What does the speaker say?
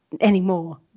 anymore